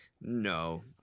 No